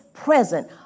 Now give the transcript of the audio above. present